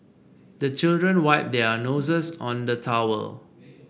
the children wipe their noses on the towel